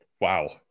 Wow